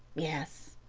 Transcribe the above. yes.